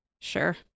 Sure